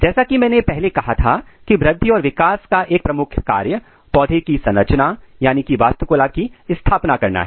जैसा कि मैंने पहले कहा था कि वृद्धि और विकास का एक प्रमुख कार्य पौधे की संरचना वास्तुकला की स्थापना करना है